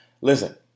listen